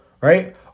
right